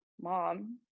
mom